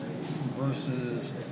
versus